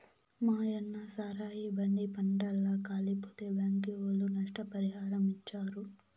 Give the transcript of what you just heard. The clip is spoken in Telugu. మాయన్న సారాయి బండి మంటల్ల కాలిపోతే బ్యాంకీ ఒళ్ళు నష్టపరిహారమిచ్చారు